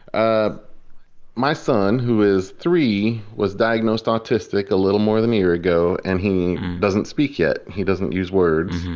ah my son, who is three, was diagnosed autistic a little more than a year ago, and he doesn't speak yet. he doesn't use words.